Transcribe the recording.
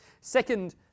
Second